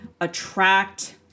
attract